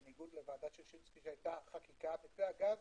בניגוד לוועדת ששינסקי, שהיתה חקיקה, במתווה הגז